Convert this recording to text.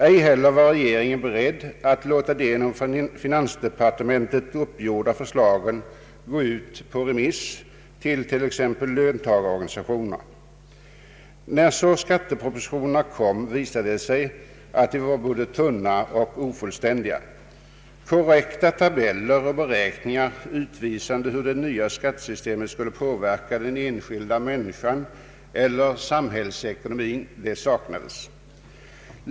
Ej heller var regeringen beredd att låta de av finansdepartementet uppgjorda förslagen gå ut på remiss till exempelvis löntagarorganisationerna. När så skattepropositionerna kom visade det sig att de var både tunna och ofullständiga. Korrekta tabeller och beräkningar utvisande hur det nya skattesystemet skulle verka på den enskilda människan eller samhällsekonomin saknades.